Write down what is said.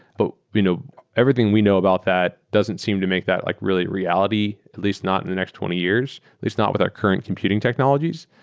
but you know everything we know about that doesn't seem to make that like really reality, at last not in the next twenty years. it's not with our current computing technologies.